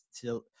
till